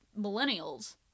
millennials